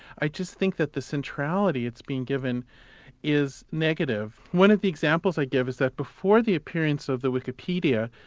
i just think that the centrality it's been given is negative. one of the examples i give is that before the appearance of the wikipedia,